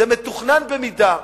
זה מתוכנן במידה.